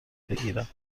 بگیرم